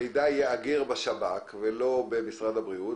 המידע ייאגר בשב"כ ולא במשרד הבריאות,